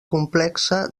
complexa